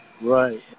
Right